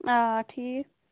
آ ٹھیٖک